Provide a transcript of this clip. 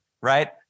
right